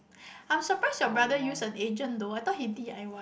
I'm surprised your brother used an agent though I thought he D_I_Y